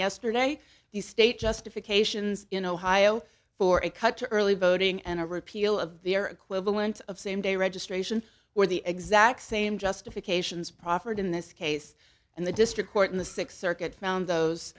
yesterday the state justifications in ohio for a cut to early voting and a repeal of the or equivalent of same day registration where the exact same justifications proffered in this case and the district court in the sixth circuit found